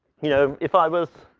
you know, if i was